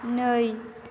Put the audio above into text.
नै